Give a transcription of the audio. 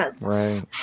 Right